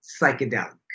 psychedelic